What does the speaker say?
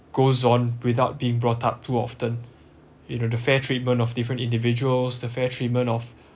goes on without being brought up too often you know the fair treatment of different individuals the fair treatment of